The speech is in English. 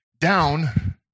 down